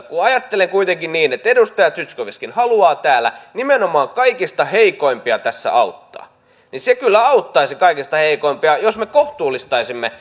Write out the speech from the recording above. kun ajattelen kuitenkin niin että edustaja zyskowiczkin haluaa täällä nimenomaan kaikista heikoimpia tässä auttaa niin se kyllä auttaisi kaikista heikoimpia jos me kohtuullistaisimme